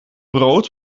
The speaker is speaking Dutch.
brood